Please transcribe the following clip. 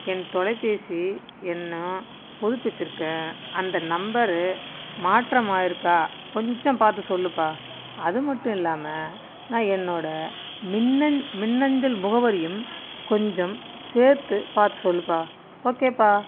என் தொலைபேசி எண்ணை புதுப்பிச்சுருக்கேன் அந்த நம்பரு மாற்றமாயிருக்கா கொஞ்சம் பார்த்து சொல்லுப்பா அது மட்டும் இல்லாமல் நான் என்னோடய மின்னன் மின்னஞ்சல் முகவரியும் கொஞ்சம் சேர்த்து பார்த்து சொல்லுப்பா ஓகேப்பா